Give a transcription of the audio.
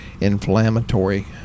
inflammatory